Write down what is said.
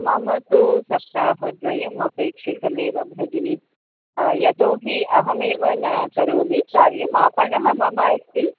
मम तु सप्ताहद्वयम् अपेक्षितमेव भगिनि यतो हि अहमेव न करोमि कार्यम् आपणः मम अस्ति